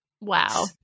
Wow